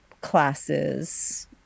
classes